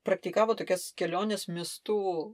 praktikavo tokias keliones miestu